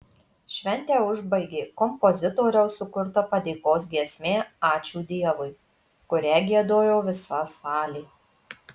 šventę užbaigė kompozitoriaus sukurta padėkos giesmė ačiū dievui kurią giedojo visa salė